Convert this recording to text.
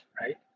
right